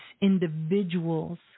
individuals